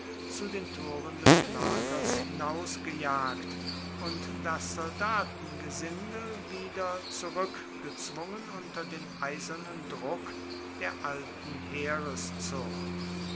zu den toren des lagers hinausgejagt und das soldatengesindel wieder zurück gezwungen unter den eisernen druck der alten